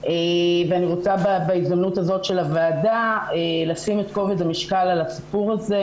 ואני רוצה בהזדמנות הזאת של הוועדה לשים את כובד המשקל על הסיפור הזה,